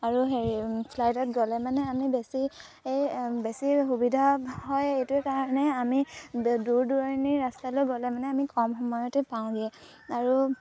আৰু হেৰি ফ্লাইটত গ'লে মানে আমি বেছি এই বেছি সুবিধা হয় এইটো কাৰণে আমি দূৰ দূৰণিৰ ৰাস্তালৈ গ'লে মানে আমি কম সময়তে পাওঁগৈ আৰু